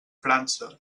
frança